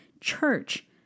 church